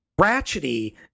ratchety